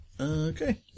Okay